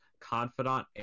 confidant